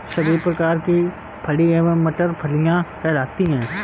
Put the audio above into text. सभी प्रकार की फली एवं मटर फलियां कहलाती हैं